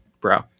bro